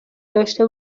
داشته